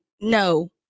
no